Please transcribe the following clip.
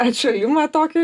ar čia jum vat tokio